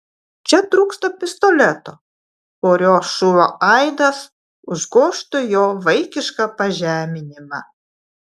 čia trūksta pistoleto kurio šūvio aidas užgožtų jo vaikišką pažeminimą